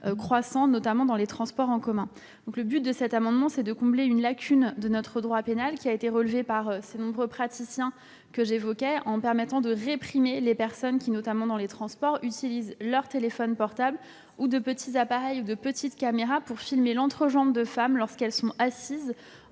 croissant, notamment dans les transports en commun. L'objet de cet amendement est de combler une lacune de notre droit pénal, qui a été relevée par les nombreux praticiens que j'évoquais, en permettant de réprimer les personnes qui, notamment dans les transports, utilisent leur téléphone portable ou de petites caméras pour filmer l'entrejambe de femmes, lorsque celles-ci sont assises